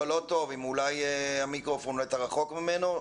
לא שומעים.